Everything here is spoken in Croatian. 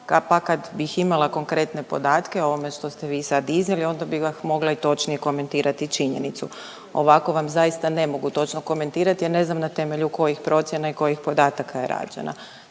pa kad bi imala konkretne podatke o ovome što ste vi sad iznijeli onda bi vam mogla i točnije komentirati činjenicu. Ovako vam zaista ne mogu točno komentirati jer ne znam na temelju kojih procjena i kojih podataka je rađena.